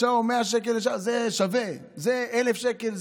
שתהיה כשרות לכולם.